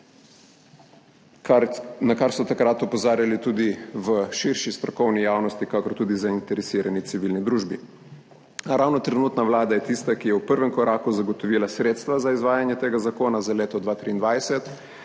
na kar so takrat opozarjali tudi v širši strokovni javnosti kakor tudi v zainteresirani civilni družbi. Ravno trenutna vlada je tista, ki je v prvem koraku zagotovila sredstva za izvajanje tega zakona za leto 2023.